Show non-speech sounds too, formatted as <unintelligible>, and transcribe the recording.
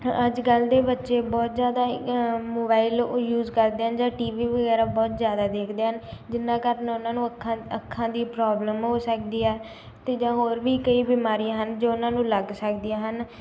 ਹ ਅੱਜ ਕੱਲ੍ਹ ਦੇ ਬੱਚੇ ਬਹੁਤ ਜ਼ਿਆਦਾ <unintelligible> ਮੋਬਾਇਲ ਉਹ ਯੂਜ ਕਰਦੇ ਆ ਜਾਂ ਟੀ ਵੀ ਵਗੈਰਾ ਬਹੁਤ ਜ਼ਿਆਦਾ ਦੇਖਦੇ ਹਨ ਜਿਹਨਾਂ ਕਾਰਨ ਉਹਨਾਂ ਨੂੰ ਅੱਖਾਂ ਅੱਖਾਂ ਦੀ ਪ੍ਰੋਬਲਮ ਹੋ ਸਕਦੀ ਹੈ ਅਤੇ ਜਾਂ ਹੋਰ ਵੀ ਕਈ ਬਿਮਾਰੀਆਂ ਹਨ ਜੋ ਉਹਨਾਂ ਨੂੰ ਲੱਗ ਸਕਦੀਆਂ ਹਨ